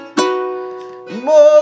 More